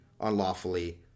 unlawfully